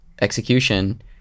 execution